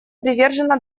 привержено